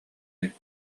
эбит